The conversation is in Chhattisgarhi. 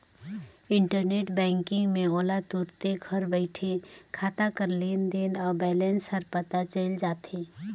इंटरनेट बैंकिंग में ओला तुरते घर बइठे खाता कर लेन देन अउ बैलेंस हर पता चइल जाथे